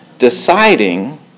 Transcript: deciding